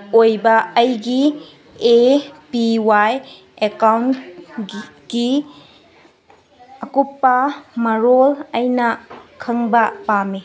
ꯑꯣꯏꯕ ꯑꯩꯒꯤ A P Y ꯑꯦꯀꯥꯎꯟꯒꯤ ꯑꯀꯨꯞꯄ ꯃꯔꯣꯜ ꯑꯩꯅ ꯈꯪꯕ ꯄꯥꯝꯃꯤ